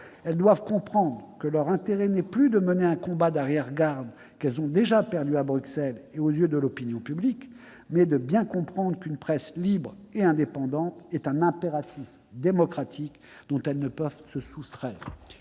elles doivent comprendre que leur intérêt n'est plus de mener un combat d'arrière-garde qu'elles ont déjà perdu à Bruxelles et aux yeux de l'opinion publique, et qu'une presse libre et indépendante est un impératif démocratique dont elles ne peuvent se soustraire.